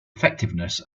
effectiveness